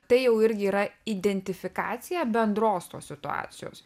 tai jau irgi yra identifikacija bendros tos situacijos